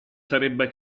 sarebbe